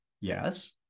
Yes